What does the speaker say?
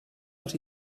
als